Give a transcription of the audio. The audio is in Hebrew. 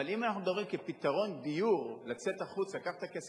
אבל אם אנחנו מדברים כפתרון דיור לצאת החוצה: קח את הכסף,